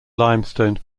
limestone